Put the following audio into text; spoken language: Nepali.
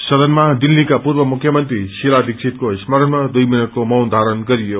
सदनमा दिल्लीका पूर्व मुख्यमन्त्री शीला दीक्षितको स्मरणमा दुइ मिनटक्षे मौन धारण गरियो